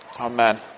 Amen